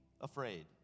afraid